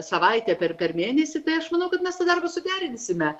savaitę per per mėnesį tai aš manau kad mes tą darbą suderinsime